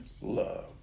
love